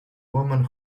woman